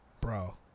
bro